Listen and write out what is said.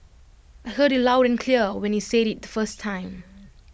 I heard you loud and clear when you said IT the first time